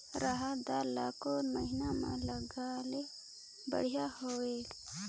रहर दाल ला कोन महीना म लगाले बढ़िया होही?